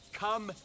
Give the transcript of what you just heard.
come